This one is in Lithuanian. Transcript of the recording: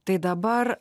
tai dabar